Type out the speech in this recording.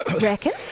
reckon